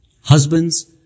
husbands